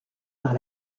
par